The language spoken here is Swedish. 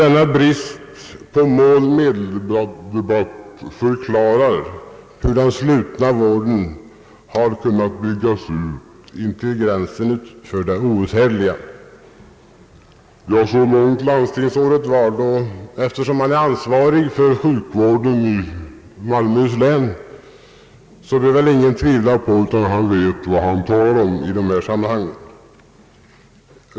Denna brist på mål-medeldebatt förklarar hur den slutna vården kunnat byggas ut intill gränsen för det outhärdliga.» Så långt landstingsrådet Ward. Eftersom han är ansvarig för sjukvårdssektorn i Malmöhus län bör han veta vad han talar om.